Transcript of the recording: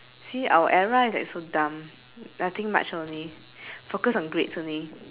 see our era is like so dumb nothing much only focus on grades only